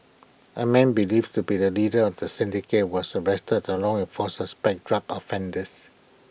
A man believed to be the leader of the syndicate was arrested along with four suspected drug offenders